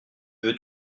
veux